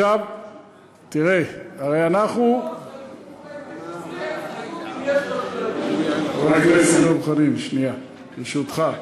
אם יש רשלנות, חבר הכנסת דב חנין, שנייה, ברשותך.